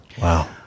Wow